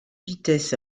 vitesses